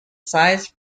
size